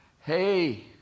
hey